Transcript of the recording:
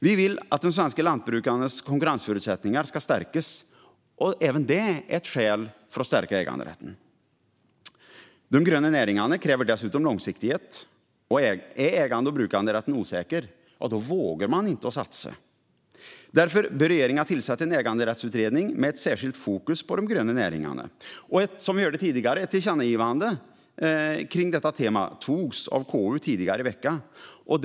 Vi vill att de svenska lantbrukarnas konkurrensförutsättningar ska stärkas; även detta är ett skäl att stärka äganderätten. De gröna näringarna kräver dessutom långsiktighet. Är ägande och brukanderätten osäker vågar man inte satsa. Därför bör regeringen tillsätta en äganderättsutredning med ett särskilt fokus på de gröna näringarna. Ett tillkännagivande med detta tema antogs, som vi hörde tidigare, av KU tidigare i veckan.